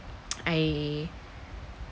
I